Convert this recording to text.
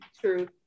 True